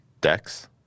Decks